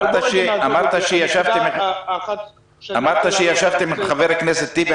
יואל פלדשו, אמרת שישבתם עם חבר הכנסת טיבי.